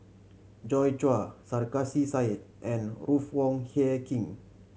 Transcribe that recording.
Joi Chua Sarkasi Said and Ruth Wong Hie King